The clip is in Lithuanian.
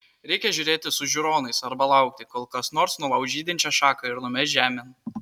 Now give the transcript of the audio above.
reikia žiūrėti su žiūronais arba laukti kol kas nors nulauš žydinčią šaką ir numes žemėn